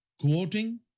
quoting